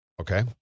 Okay